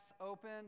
open